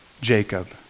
Jacob